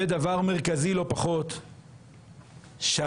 ודבר מרכזי לא פחות, כשאתם,